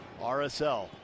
RSL